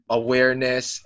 awareness